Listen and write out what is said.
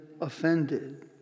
offended